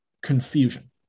confusion